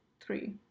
three